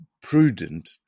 prudent